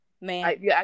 man